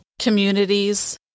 communities